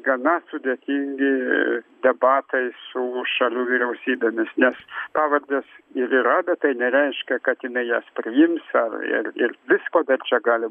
gana sudėtingi debatai su šalių vyriausybėmis nes pavardės ir yra bet tai nereiškia kad jinai jas priims ar ir ir visko bet čia gali